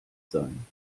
sein